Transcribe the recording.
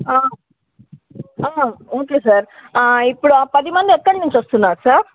okay sir ఇప్పుడా పది మంది ఎక్కడి నుంచి వస్తున్నారు సార్